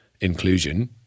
inclusion